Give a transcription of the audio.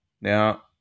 Now-